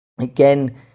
Again